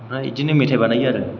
ओमफ्राय बिदिनो मेथाइ बानायो आरो